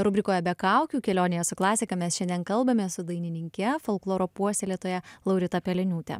rubrikoje be kaukių kelionėje su klasika mes šiandien kalbame su dainininke folkloro puoselėtoja laurita peleniūtė